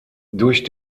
durch